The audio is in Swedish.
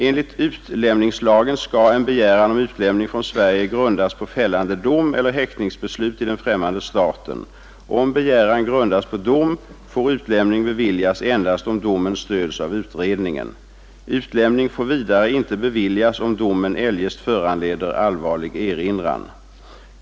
Enligt utlämningslagen skall en begäran om utlämning från Sverige grundas på fällande dom eller häktningsbeslut i den främmande staten. Om begäran grundas på dom får utlämning beviljas endast om domen stöds av utredningen. Utlämning får vidare inte beviljas, om domen eljest föranleder allvarlig erinran.